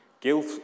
Guilt